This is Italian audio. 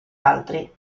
altri